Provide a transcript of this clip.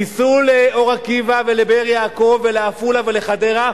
תיסעו לאור-עקיבא ולבאר-יעקב ולעפולה ולחדרה,